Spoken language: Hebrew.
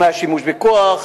אם היה שימוש בכוח,